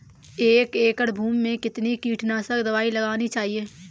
एक एकड़ भूमि में कितनी कीटनाशक दबाई लगानी चाहिए?